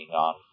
on